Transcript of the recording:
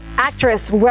Actress